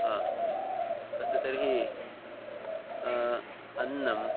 हा अस्तु तर्हि अन्नं